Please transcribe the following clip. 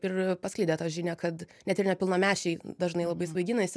ir paskleidė tą žinią kad net ir nepilnamečiai dažnai labai svaiginasi